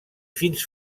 fins